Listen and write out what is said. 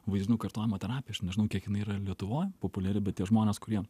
vaizdinių kartojimo terapija aš nežinau kiek jinai yra ir lietuvoj populiari bet tie žmonės kurie